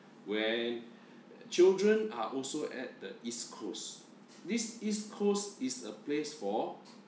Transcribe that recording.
when children are also at the east coast this east coast is a place for